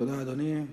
תודה, אדוני.